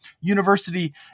University